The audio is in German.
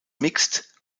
mixed